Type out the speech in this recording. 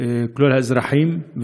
כלל האזרחים,